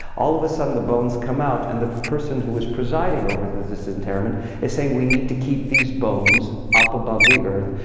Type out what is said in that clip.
all of a sudden, the bones come out. and the person who was presiding over the disinterment is saying, we need to keep these bones up above the earth,